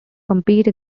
compete